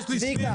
צביקה